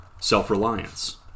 self-reliance